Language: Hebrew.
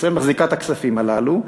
ישראל מחזיקה את הכספים הללו,